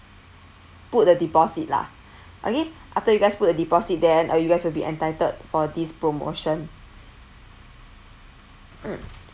put the deposit lah okay after you guys put a deposit then uh you guys will be entitled for this promotion mm